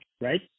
right